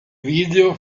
video